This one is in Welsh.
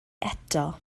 eto